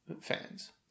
fans